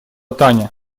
таня